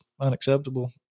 unacceptable